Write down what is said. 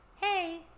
hey